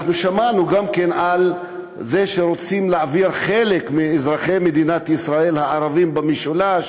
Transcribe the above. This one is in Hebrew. שמענו גם כן על זה שרוצים להעביר חלק מאזרחי מדינת ישראל הערבים במשולש